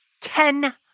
Ten